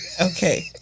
okay